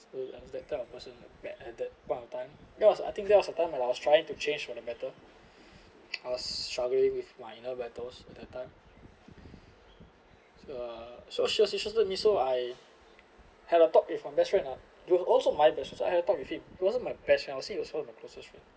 so I was that type of person the bad at that point of time that was I think that was the time when I was trying to change for the better I was struggling with minor battles at that time uh social issues so I had a talk with um best friend ah you will also my business I have a talk with him he wasn't my best friend I would say he was one of my closest friend